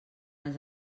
les